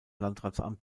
landratsamt